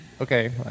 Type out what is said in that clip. okay